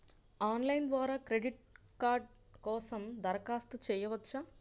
Online ద్వారా credit card కోసం దరఖాస్తు చేయవచ్చా?